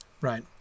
right